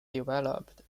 developed